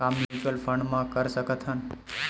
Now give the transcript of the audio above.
का mutual fund म कर सकत हन?